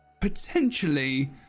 potentially